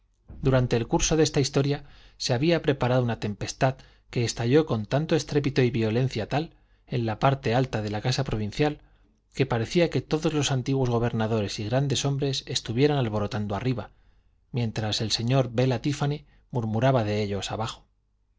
durante el curso de esta historia se había preparado una tempestad que estalló con tanto estrépito y violencia tal en la parte alta de la casa provincial que parecía que todos los antiguos gobernadores y grandes hombres estuvieran alborotando arriba mientras el señor bela tíffany murmuraba de ellos abajo